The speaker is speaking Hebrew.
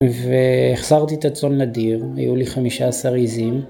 והחזרתי את הצאן לדיר, היו לי 15 עיזים.